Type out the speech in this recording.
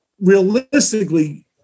realistically